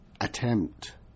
attempt